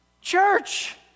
church